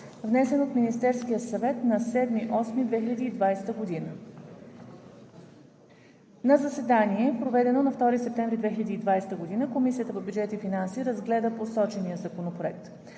внесен от Министерския съвет на 7 август 2020 г. На заседание, проведено на 2 септември 2020 г., Комисията по бюджет и финанси разгледа посочения законопроект.